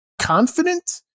confident